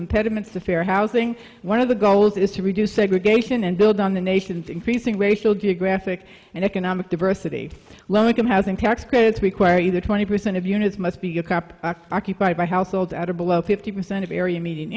impediments to fair housing one of the goals is to reduce segregation and build on the nation's increasing racial geographic and economic diversity low income housing tax credits require either twenty percent of units must be a cop occupied by households out of below fifty percent of area median